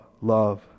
love